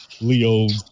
Leo